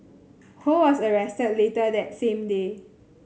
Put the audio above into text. who was arrested later that same day